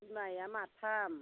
बिमाया माथाम